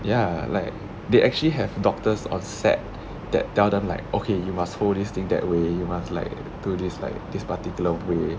ya like they actually have doctors on set that tell them like okay you must hold this thing that way you must like do this like this particular way